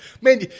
Man